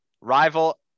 rival